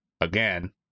again